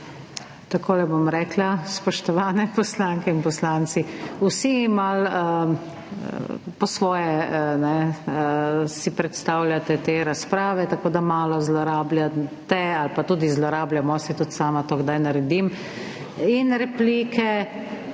Takole bom rekla. Spoštovane poslanke in poslanci, vsi si malo po svoje predstavljate te razprave, tako da malo zlorabljate ali pa tudi zlorabljamo, saj tudi sama to kdaj naredim, replike